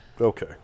Okay